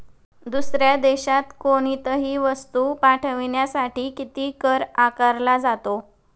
दुसऱ्या देशात कोणीतही वस्तू पाठविण्यासाठी किती कर आकारला जातो?